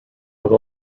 have